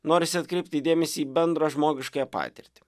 norisi atkreipti dėmesį į bendrą žmogiškąją patirtį